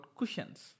cushions